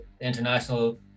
international